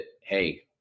hey